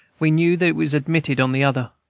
we knew that it was admitted on the other.